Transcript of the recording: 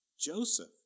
Joseph